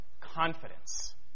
confidence